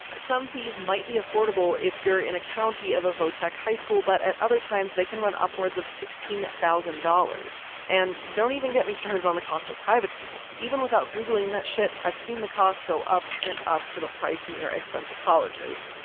some fees might be affordable if you're in a county of a vo-tech high school, but at other times they can run upwards of sixteen thousand dollars. and don't even get me started on the cost of private schools. even without googling that shit, i've seen the costs go up and up to the price near expensive colleges.